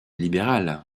libérale